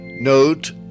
Note